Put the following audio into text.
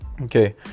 Okay